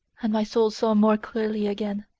and my soul saw more clearly again.